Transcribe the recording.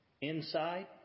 Inside